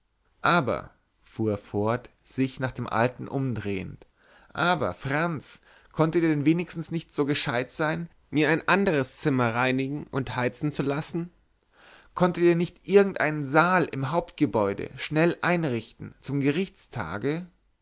aber fuhr er fort sich nach dem alten umdrehend aber franz konntet ihr denn nicht so gescheit sein mir ein anderes zimmer reinigen und heizen zu lassen konntet ihr nicht irgendeinen saal im hauptgebäude schnell einrichten zum gerichtstage